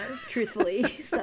truthfully